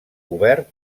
obert